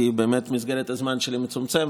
כי מסגרת הזמן שלי מצומצמת,